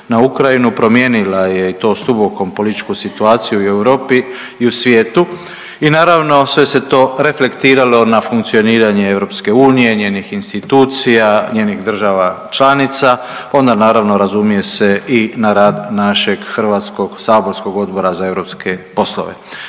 na Ukrajinu promijenila je i to stubokom političku situaciju i u Europi i u svijetu i naravno sve se to reflektiralo na funkcioniranje EU, njenih institucija, njenih država članica. Onda naravno razumije se i na rad našeg hrvatskog saborskog Odbora za europske poslove.